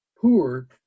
poor